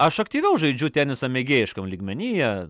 aš aktyviau žaidžiu tenisą mėgėjiškam lygmenyje